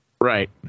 Right